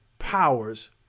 powers